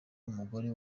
umugore